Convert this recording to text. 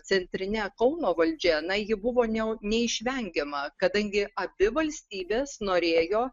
centrine kauno valdžia na ji buvo neu neišvengiama kadangi abi valstybės norėjo